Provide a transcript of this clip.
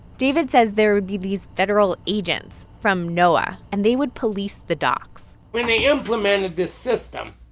david says there would be these federal agents from noaa, and they would police the docks when they implemented this system,